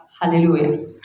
Hallelujah